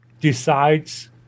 decides